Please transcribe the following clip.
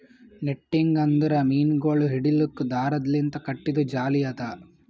netting ಅಂದುರ್ ಮೀನಗೊಳ್ ಹಿಡಿಲುಕ್ ದಾರದ್ ಲಿಂತ್ ಕಟ್ಟಿದು ಜಾಲಿ ಅದಾ